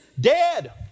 dead